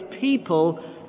people